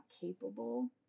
capable